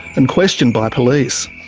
and questioned by police.